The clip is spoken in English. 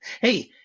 Hey